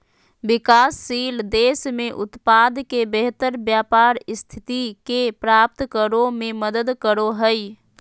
विकासशील देश में उत्पाद के बेहतर व्यापार स्थिति के प्राप्त करो में मदद करो हइ